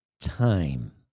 Time